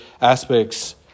aspects